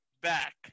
back